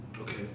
Okay